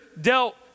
dealt